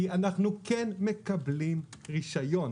כי אנחנו כן מקבלים רישיון.